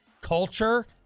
Culture